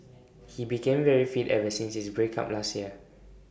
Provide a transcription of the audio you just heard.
he became very fit ever since his break up last year